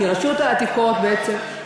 כי רשות העתיקות בעצם,